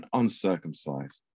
uncircumcised